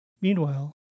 Meanwhile